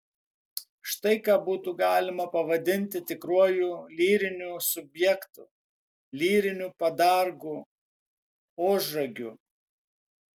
štai ką būtų galima pavadinti tikruoju lyriniu subjektu lyriniu padargu ožragiu